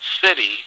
city